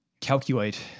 calculate